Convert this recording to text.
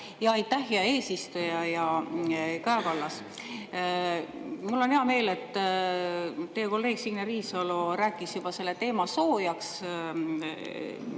Aitäh, hea eesistuja! Kaja Kallas! Mul on hea meel, et teie kolleeg Signe Riisalo rääkis juba selle teema soojaks,